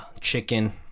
chicken